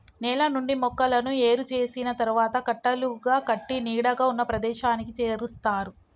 నేల నుండి మొక్కలను ఏరు చేసిన తరువాత కట్టలుగా కట్టి నీడగా ఉన్న ప్రదేశానికి చేరుస్తారు